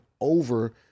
over